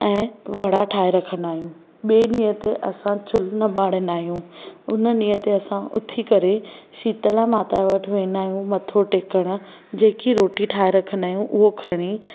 ऐं वड़ा ठाहे रखंदा आहियूं ॿिए ॾींहं ते असां चुल्हो न बारींदा आहियूं हुन ॾींहं ते असां उथी करे शितला माता वटि वेंदा आहियूं मथो टेकणु जेकी रोटी ठाहे रखंदा आहियूं उहो खणी